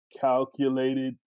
calculated